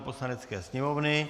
Poslanecké sněmovny